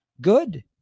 Good